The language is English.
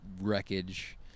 wreckage